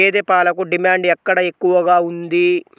గేదె పాలకు డిమాండ్ ఎక్కడ ఎక్కువగా ఉంది?